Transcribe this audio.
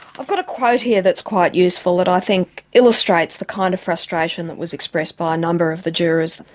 i've got a quote here that's quite useful that i think illustrates the kind of frustration that was expressed by a number of the jurors.